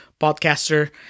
podcaster